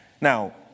Now